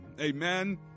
amen